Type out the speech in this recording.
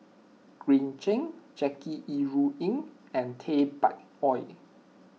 Green Zeng Jackie Yi Ru Ying and Tay Bak Koi